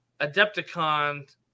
Adepticon